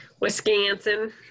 Wisconsin